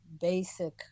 basic